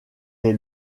est